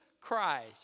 Christ